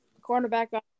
Cornerback